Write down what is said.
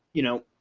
you know,